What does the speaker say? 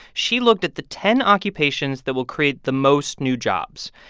she looked at the ten occupations that will create the most new jobs.